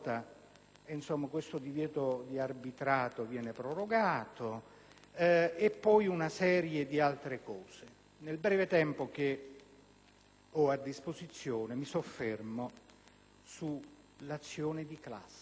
volta il divieto di arbitrato viene prorogato) e una serie di altre misure. Nel breve tempo che ho a disposizione mi soffermerò sull'azione di classe,